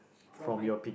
from my